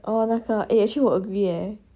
orh 那个 eh actually 我 agree eh